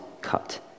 cut